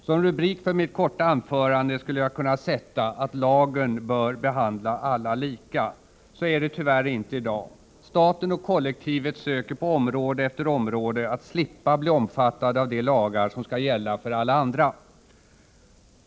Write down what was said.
Herr talman! Jag skulle kunna sätta följande rubrik på mitt korta anförande: Lagen bör behandla alla lika. Så är det tyvärr inte i dag. Staten och kollektivet söker på område efter område att slippa bli omfattade av de lagar som skall gälla för alla andra.